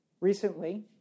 Recently